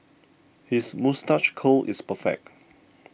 his moustache curl is perfect